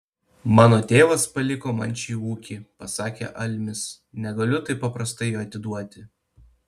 mano tėvas paliko man šį ūkį pasakė almis negaliu taip paprastai jo atiduoti